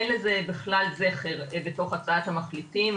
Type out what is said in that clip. אין לזה בכלל זכר בתוך הצעת המחליטים.